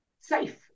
safe